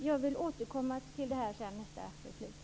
Jag vill återkomma till det här i nästa replik.